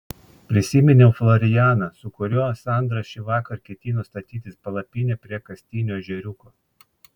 prisiminiau florianą su kuriuo sandra šįvakar ketino statytis palapinę prie kastinio ežeriuko